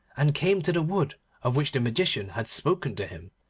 and came to the wood of which the magician had spoken to him.